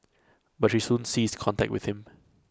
but she soon ceased contact with him